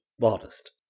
modest